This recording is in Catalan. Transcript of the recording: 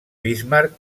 bismarck